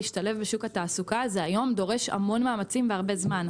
להשתלב בשוק התעסוקה זה היום דורש המון מאמצים והרבה זמן.